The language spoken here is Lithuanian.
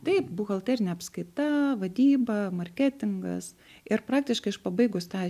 taip buhalterinė apskaita vadyba marketingas ir praktiškai aš pabaigus tą